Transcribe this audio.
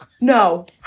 No